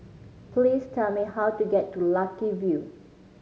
please tell me how to get to Lucky View